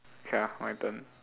ya my turn